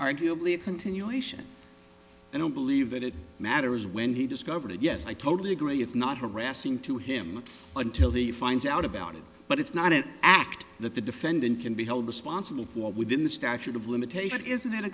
arguably a continuation i don't believe that it matters when he discovered it yes i totally agree it's not harassing to him until he finds out about it but it's not an act that the defendant can be held responsible for within the statute of limitation is